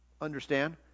understand